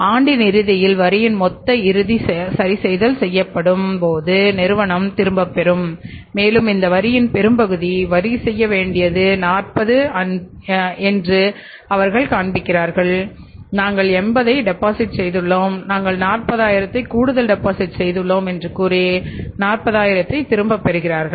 ஆண்டின் இறுதியில் வரியின் மொத்த இறுதி சரிசெய்தல் செய்யப்படும் போது நிறுவனம் திரும்பப் பெறும் மேலும் இந்த வரியின் பெரும்பகுதி வரி செய்ய வேண்டியது 40 என்று அவர்கள் காண்பிப்பார்கள் நாங்கள் 80 ஐ டெபாசிட் செய்துள்ளோம் நாங்கள் 40000 கூடுதல் டெபாசிட் செய்துள்ளோம் என்று கூறி 40 ஐ திரும்பப் பெறுவார்கள்